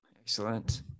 Excellent